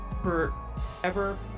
forever